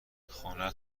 خونه